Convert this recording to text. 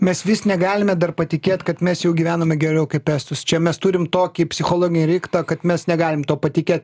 mes vis negalime dar patikėt kad mes jau gyvename geriau kaip estus čia mes turim tokį psichologinį riktą kad mes negalim tuo patikėt